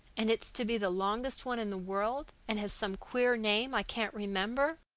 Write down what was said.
and it's to be the longest one in the world and has some queer name i can't remember.